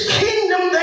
kingdom